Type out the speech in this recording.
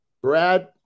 Brad